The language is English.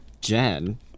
Jen